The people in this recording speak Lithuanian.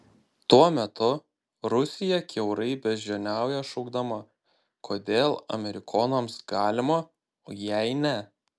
tuo metu rusija kiaurai beždžioniauja šaukdama kodėl amerikonams galima o jai ne